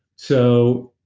so,